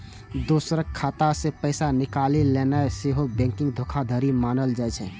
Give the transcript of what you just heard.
दोसरक खाता सं पैसा निकालि लेनाय सेहो बैंकिंग धोखाधड़ी मानल जाइ छै